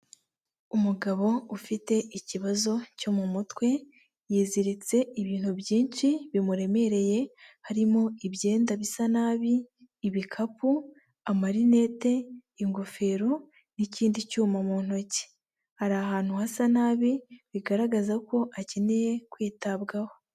Umugabo ufite ikibazo cyo mu mutwe yiziritse ibintu byinshi bimuremereye harimo ibyenda bisa nabi, ibikapu, amarinete, ingofero n'ikindi cyuma mu ntoki. Ari ahantu hasa nabi bigaragaza ko akeneye kwitabwaho.